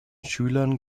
schülern